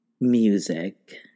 music